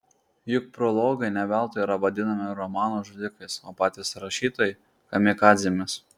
juk prologai ne veltui yra vadinami romanų žudikais o patys rašytojai kamikadzėmis